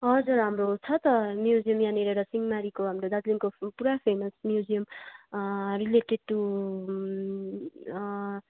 हजुर हाम्रो छ त म्युजियम यहाँनेर एउटा सिंहमारीको हाम्रो दार्जिलिङको पुरा फेमस म्युजियम रिलेटेड टु